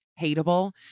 hateable